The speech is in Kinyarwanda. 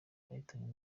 bahitanywe